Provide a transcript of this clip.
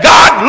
God